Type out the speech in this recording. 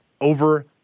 Over